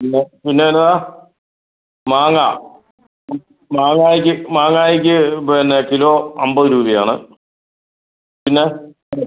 ഇല്ല പിന്നെ ഏതാ മാങ്ങ മാങ്ങയ്ക്ക് മാങ്ങയ്ക്ക് പിന്നെ കിലോ അൻപത് രൂപയാണ് പിന്നെ പഴം